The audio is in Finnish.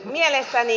mielestäni